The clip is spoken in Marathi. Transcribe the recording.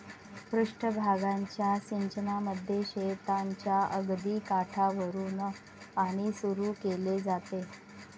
पृष्ठ भागाच्या सिंचनामध्ये शेताच्या अगदी काठावरुन पाणी सुरू केले जाते